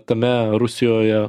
tame rusijoje